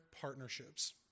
partnerships